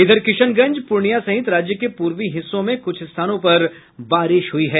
इधर किशनगंज पूर्णियां सहित राज्य के पूर्वी हिस्सों में कुछ स्थानों पर बारिश हुई है